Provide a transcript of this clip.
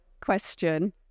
question